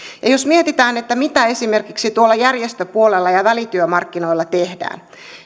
jos mietitään mitä esimerkiksi tuolla järjestöpuolella ja välityömarkkinoilla tehdään